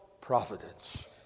providence